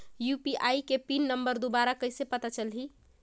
UPI के pin number दुबारा कइसे पता चलही?